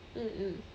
mm mm